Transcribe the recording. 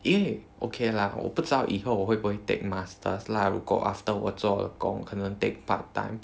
因为 okay lah 我不知道以后我会不会 take masters lah 如果 after 我做工可能 take part-time